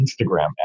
Instagram